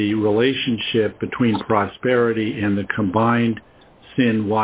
the relationship between prosperity in the combined s